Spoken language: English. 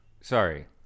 Sorry